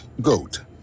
GOAT